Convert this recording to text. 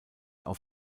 auf